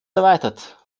erweitert